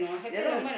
ya lah